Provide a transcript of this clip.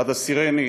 עדה סרני,